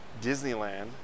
Disneyland